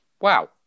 Wow